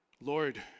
Lord